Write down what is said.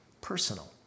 personal